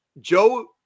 joe